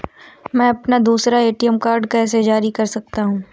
मैं अपना दूसरा ए.टी.एम कार्ड कैसे जारी कर सकता हूँ?